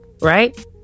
right